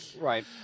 right